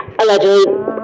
allegedly